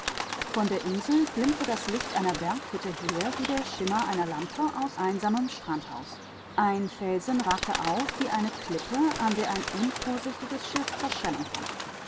von der insel glimmte das licht einer berghütte her wie der schimmer einer lampe aus einsamem strandhaus ein felsen ragte auf wie eine klippe an der ein unvorsichtiges schiff zerschellen kann